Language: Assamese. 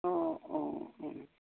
অঁ অঁ অঁ